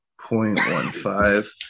0.15